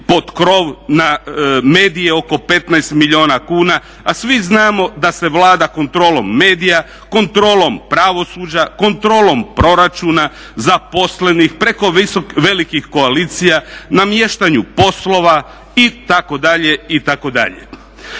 pod kroz na medije oko 15 milijuna kuna a svi znamo da se vlada kontrolom medija, kontrolom pravosuđa, kontrolom proračuna, zaposlenih preko velikih koalicija, namještanju poslova itd., itd..